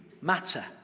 matter